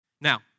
Now